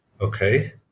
Okay